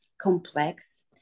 complex